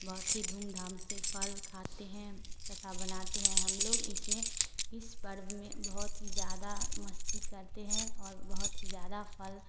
बहुत ही धूमधाम से फल खाते हैं तथा बनाते हैं हम लोग इसमें इस पर्व में बहुत ही ज़्यादा मस्ती करते हैं और बहुत ही ज़्यादा फल